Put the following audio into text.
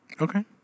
Okay